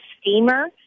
steamer